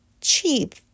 cheap